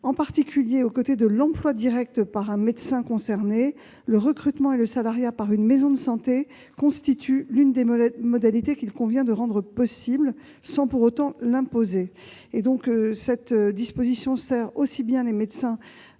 En particulier, en sus de l'emploi direct par le médecin concerné, le recrutement et le salariat par une maison de santé constitue l'une des modalités qu'il convient de permettre, sans pour autant l'imposer. Cette disposition sert les médecins